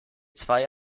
zwei